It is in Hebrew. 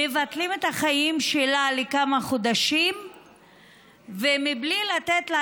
מבטלים את החיים שלה לכמה חודשים בלי לתת לה